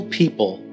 people